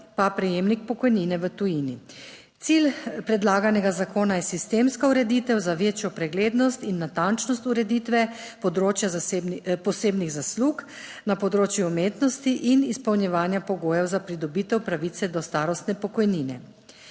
pa prejemnik pokojnine v tujini. Cilj predlaganega zakona je sistemska ureditev za večjo preglednost in natančnost ureditve področja posebnih zaslug na področju umetnosti in izpolnjevanja pogojev za pridobitev pravice do starostne pokojnine.